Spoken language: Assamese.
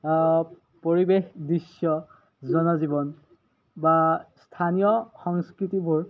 পৰিৱেশ দৃশ্য জনজীৱন বা স্থানীয় সংস্কৃতিবোৰ